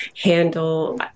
handle